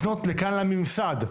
אלא לפנות לכאן לממסד,